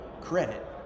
credit